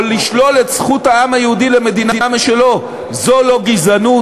או לשלול את זכות העם היהודי למדינה משלו זו לא גזענות,